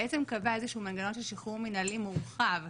בעצם קבע איזשהו מנגנון של שחרור מינהלי מורחב,